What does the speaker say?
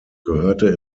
gehörte